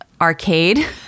arcade